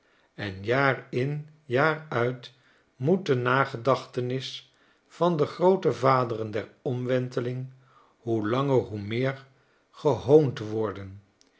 fatsoenlijke lieden en jaar in jaar uit moet de nagedachtenis van de groote yaderen der omwenteling hoe langer hoe meer gehoond worden